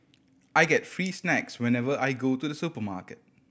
I get free snacks whenever I go to the supermarket